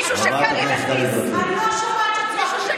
אני לא שומעת כשצועקים,